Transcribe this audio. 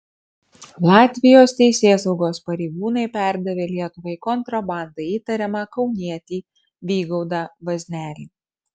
latvijos teisėsaugos pareigūnai perdavė lietuvai kontrabanda įtariamą kaunietį vygaudą vaznelį